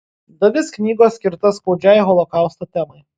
dalis knygos skirta skaudžiai holokausto temai